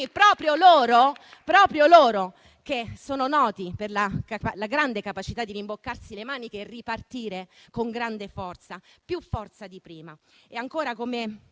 proprio a loro che sono noti per la grande capacità di rimboccarsi le maniche e ripartire con grande forza, con più forza di prima.